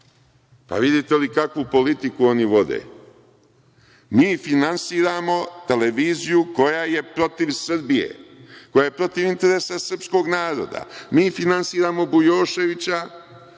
Vidite li kakvu politiku oni vode? Mi finansiramo televiziju koja je protiv Srbije, koja je protiv interesa srpskog naroda. Mi finansiramo Bujoševića